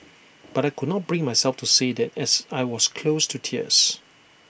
but I could not bring myself to say that as I was close to tears